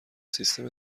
سیستم